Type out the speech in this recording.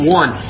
one